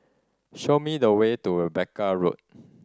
show me the way to Rebecca Road